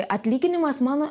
atlyginimas mano